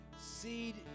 Seed